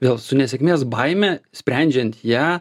vėl su nesėkmės baime sprendžiant ją